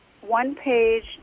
one-page